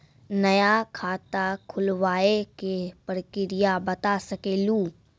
नया खाता खुलवाए के प्रक्रिया बता सके लू?